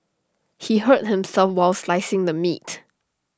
he hurt himself while slicing the meat